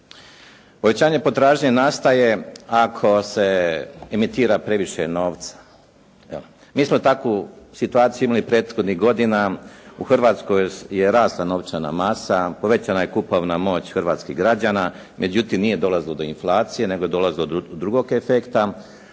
Povećanje potražnje nastaje ako se emitira previše novca. Mi smo takvu situaciju imali prethodnih godina. U Hrvatskoj je rasla novčana masa, povećana je kupovna moć hrvatskih građana. Međutim, nije dolazilo do inflacije, nego je dolazilo do drugog efekta.